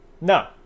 No